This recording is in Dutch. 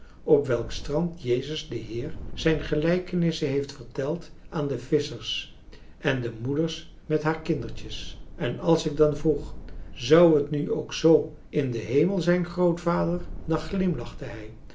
op welks strand jezus de heer zijn gelijkenissen heeft verteld aan de visschers en de moeders met haar kindertjes en als ik dan vroeg zou het nu ook zoo in den hemel zijn grootvader dan glimlachte hij